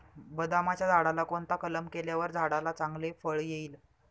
बदामाच्या झाडाला कोणता कलम केल्यावर झाडाला चांगले फळ येईल?